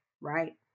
right